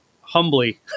humbly